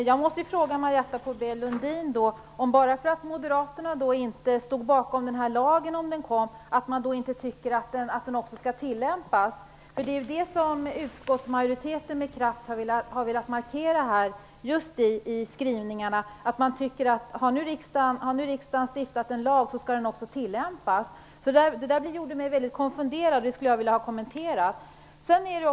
Herr talman! Menar Marietta de Pourbaix-Lundin att bara för att Moderaterna inte stod bakom lagen när den kom, så skall den heller inte tillämpas? Utskottsmajoriteten har ju i sina skrivningar med kraft velat markera, att om nu riksdagen har stiftat en lag så skall den också tillämpas. Det Marietta de Pourbaix-Lundin sade gjorde mig väldigt konfunderad, så jag skulle gärna vilja ha en kommentar kring detta.